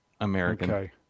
American